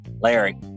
Larry